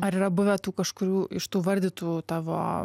ar yra buvę tų kažkurių iš tų vardytų tavo